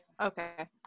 Okay